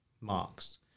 marks